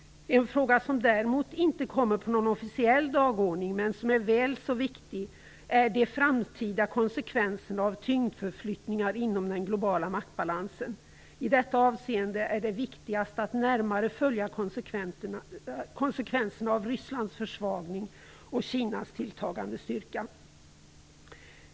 En fråga som däremot inte kommer på någon officiell dagordning, men som är väl så viktig, är de framtida konsekvenserna av tyngdförflyttningar inom den globala maktbalansen. I detta avseende är det viktigast att närmare följa konsekvenserna av Rysslands försvagning och Kinas tilltagande styrka.